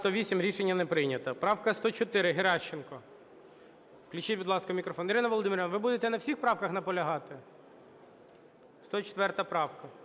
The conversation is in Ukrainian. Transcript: ви будете на всіх правках наполягати?